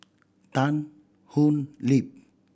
Tan Thoon Lip